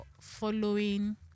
following